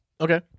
Okay